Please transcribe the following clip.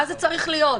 מה זה צריך להיות?